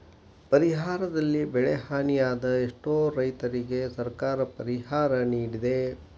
ಪ್ರವಾಹದಲ್ಲಿ ಬೆಳೆಹಾನಿಯಾದ ಎಷ್ಟೋ ರೈತರಿಗೆ ಸರ್ಕಾರ ಪರಿಹಾರ ನಿಡಿದೆ